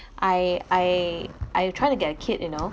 I I I trying to get a kid you know